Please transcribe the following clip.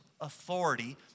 authority